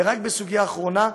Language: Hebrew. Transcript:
ורק בסוגיה האחרונה: